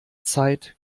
zeit